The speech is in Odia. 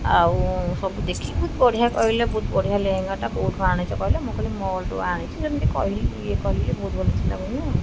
ଆଉ ସବୁ ଦେଖିକି ବହୁତ ବଢ଼ିଆ କହିଲେ ବହୁତ ବଢ଼ିଆ ଲେହଙ୍ଗାଟା କେଉଁଠୁ ଆଣିଛି କହିଲେ ମୁଁ ଖାଲି ମଲ୍ରୁ ଆଣିଛି ଯେମିତି କହିଲି ଇଏ କହିଲି ବହୁତ ଭଲ ଆଉ